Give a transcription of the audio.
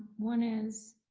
one is